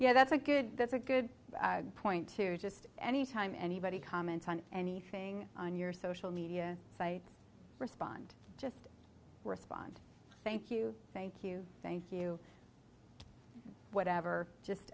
yeah that's a good that's a good point to just anytime anybody comments on anything on your social media site respond just respond thank you thank you you thank whatever just